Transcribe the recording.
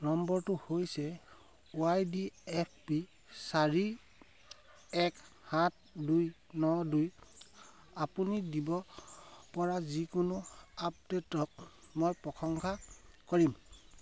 নম্বৰটো হৈছে Y D F P চাৰি এক সাত দুই ন দুই আপুনি দিবপৰা যিকোনো আপডে'টক মই প্ৰশংসা কৰিম